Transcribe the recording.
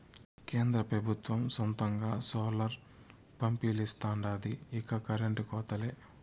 కేంద్ర పెబుత్వం సొంతంగా సోలార్ పంపిలిస్తాండాది ఇక కరెంటు కోతలే